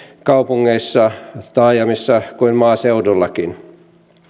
kaupungeissa taajamissa kuin maaseudullakin